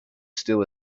still